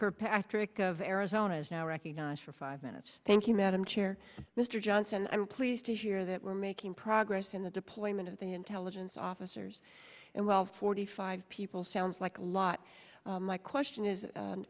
kirkpatrick of arizona is now recognized for five minutes thank you madam chair mr johnson i'm pleased to hear that we're making progress in the deployment of the intelligence officers and while forty five people sounds like a lot my question is